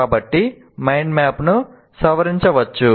కాబట్టి మైండ్ మ్యాప్ను సవరించవచ్చు